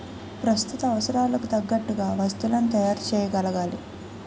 ప్రస్తుత అవసరాలకు తగ్గట్టుగా వస్తువులను తయారు చేయగలగాలి